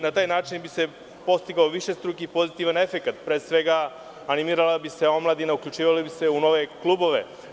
Na taj način bi se postigao višestruki pozitivan efekat, pre svega, animirala bi se omladina, uključivali bi se u nove klubove.